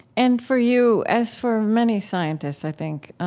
and for you, as for many scientists, i think,